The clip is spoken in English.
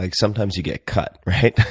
like sometimes you get cut, right?